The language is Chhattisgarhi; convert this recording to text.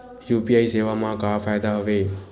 यू.पी.आई सेवा मा का फ़ायदा हवे?